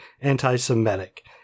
anti-Semitic